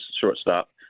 shortstop